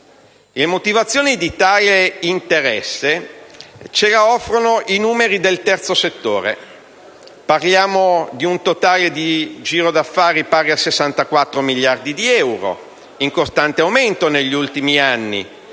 La motivazione di tale interesse ce la offrono i numeri del terzo settore: parliamo di un giro d'affari pari a 64 miliardi di euro, in costante aumento negli ultimi anni,